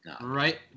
Right